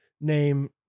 name